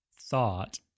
thought